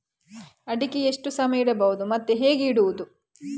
ಅಡಿಕೆ ಎಷ್ಟು ಸಮಯ ಇಡಬಹುದು ಮತ್ತೆ ಹೇಗೆ ಇಡುವುದು?